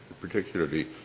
particularly